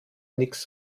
nix